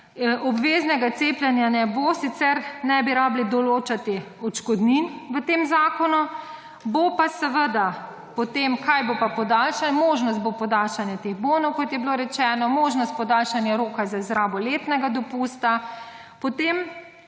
Obveznega cepljenja ne bo, sicer ne bi rabili določati odškodnin v tem zakonu. Bo pa seveda potem kaj bo pa podaljšal, možnost bo podaljšanje teh bonov, kot je bilo rečeno, možnost podaljšanja roka za izrabi letnega dopusta, potem,